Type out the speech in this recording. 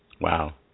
Wow